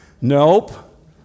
Nope